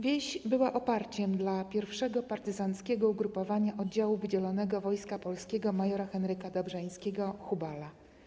Wieś była oparciem dla pierwszego partyzanckiego ugrupowania Oddziału Wydzielonego Wojska Polskiego mjra Henryka Dobrzańskiego „Hubala”